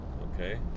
Okay